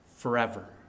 forever